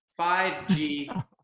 5G